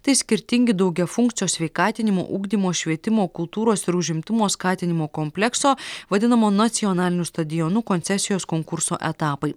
tai skirtingi daugiafunkcio sveikatinimo ugdymo švietimo kultūros ir užimtumo skatinimo komplekso vadinamo nacionaliniu stadionu koncesijos konkurso etapai